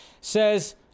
Says